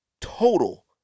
total